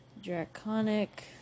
Draconic